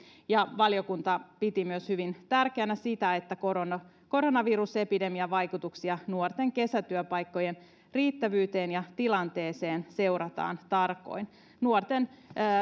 valiokunta piti myös hyvin tärkeänä sitä että koronavirusepidemian vaikutuksia nuorten kesätyöpaikkojen riittävyyteen ja tilanteeseen seurataan tarkoin nuorten